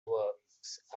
works